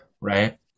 right